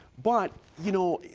but, you know,